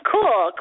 Cool